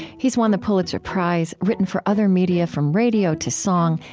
he's won the pulitzer prize, written for other media from radio to song,